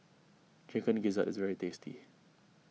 Chicken Gizzard is very tasty